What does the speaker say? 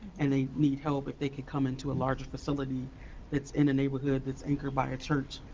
and they need help that they can come into a larger facility that's in a neighborhood that's anchored by a church.